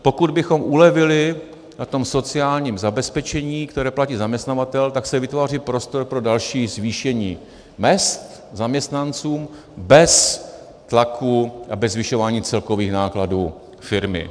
Pokud bychom ulevili na sociálním zabezpečení, které platí zaměstnavatel, tak se vytváří prostor pro další zvýšení mezd zaměstnancům bez zvyšování celkových nákladů firmy.